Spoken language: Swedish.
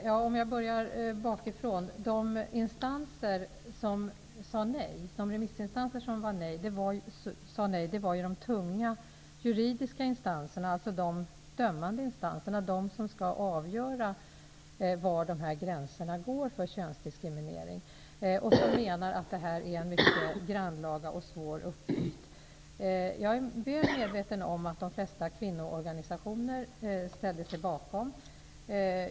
Herr talman! Jag börjar bakifrån. De remissinstanser som sade nej var de tunga juridiska instanserna, alltså de dömande instanserna, som skall avgöra var gränserna går för könsdiskriminering. De menar att det här är en mycket grannlaga och svår uppgift. Jag är väl medveten om att de flesta kvinnoorganisationer ställer sig bakom kravet på lagstiftning.